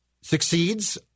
succeeds